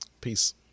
Peace